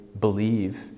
believe